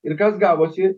ir kas gavosi